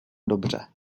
dobře